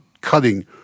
cutting